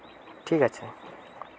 ᱴᱷᱤᱠ ᱟᱪᱷᱮ